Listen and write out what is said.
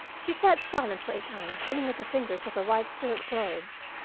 she sat silent for a time, pulling at the fingers of her white silk gloves.